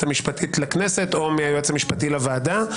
המשפטית לכנסת או מהיועץ המשפטי לוועדה.